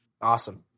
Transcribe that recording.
Awesome